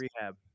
rehab